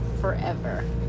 Forever